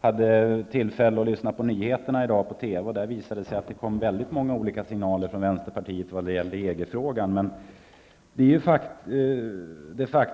Jag hade tillfälle att lyssna på nyheterna på TV i dag. Där visade det sig komma många olika signaler från vänsterpartiet när det gäller EG-frågan.